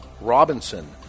Robinson